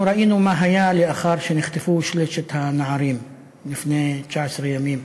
אנחנו ראינו מה היה לאחר שנחטפו שלושת הנערים לפני 19 ימים